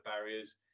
barriers